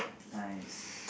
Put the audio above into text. nice